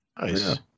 Nice